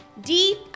Deep